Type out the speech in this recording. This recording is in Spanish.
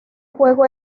juego